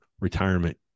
retirement